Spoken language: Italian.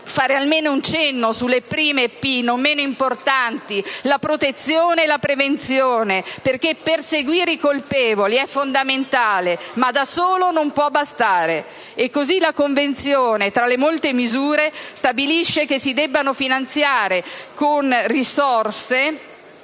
fare almeno un accenno alle prime due "p" non meno importanti, la protezione e la prevenzione, perché perseguire i colpevoli è fondamentale, ma da solo non può bastare. Così la Convenzione, tra le molte misure, stabilisce che si debbano finanziare con risorse